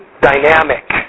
dynamic